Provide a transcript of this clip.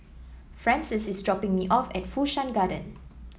Frances is dropping me off at Fu Shan Garden